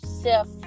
self